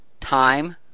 time